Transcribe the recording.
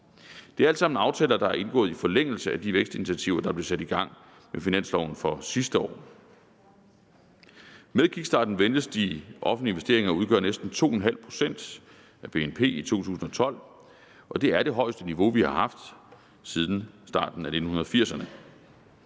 Det er alt sammen aftaler, der er indgået i forlængelse af de vækstinitiativer, der blev sat i gang med finansloven for sidste år. Med kickstarten ventes de offentlige investeringer at udgøre næsten 2½ pct. af BNP i 2012, og det er det højeste niveau, vi har haft siden starten af 1980'erne.